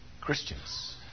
Christians